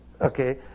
okay